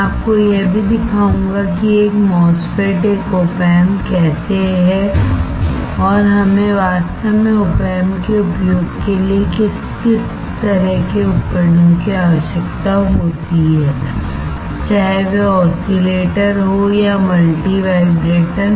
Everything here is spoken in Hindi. मैं आपको यह भी दिखाऊंगा कि एक MOSFET एक Op amp कैसे है और हमें वास्तव में op amp के उपयोग के लिए किस तरह के उपकरणों की आवश्यकता होती है चाहे वह ओसीलेटर हो या मल्टीवाइब्रेटर